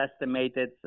estimated